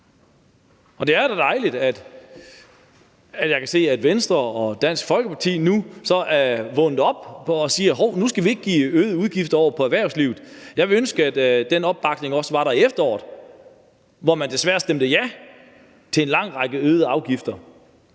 i. Det er da dejligt, at jeg kan se, at Venstre og Dansk Folkeparti nu er vågnet op og siger: Hov, nu skal vi ikke pålægge erhvervslivet øgede afgifter. Jeg ville ønske, at den opbakning også havde været der i efteråret, hvor man desværre stemte ja til at pålægge